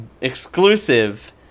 exclusive